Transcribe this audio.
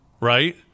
right